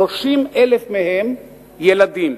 30,000 מהם ילדים.